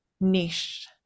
niche